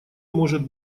может